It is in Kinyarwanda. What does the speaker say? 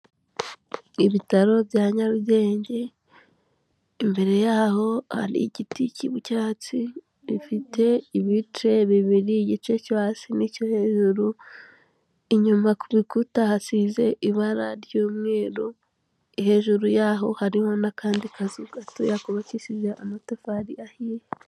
lbitaro bya Nyarugenge, imbere yaho hari igiti ki'ibyatsi bifite ibice bibiri igice cyo hasi n'icyo hejuru, inyuma ku rukuta hasize ibara ry'umweru, hejuru yaho hariho n'akandi kazu gatoya kubakishije amatafari ahiye.